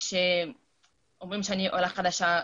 כשאומרים שאני עולה חדשה,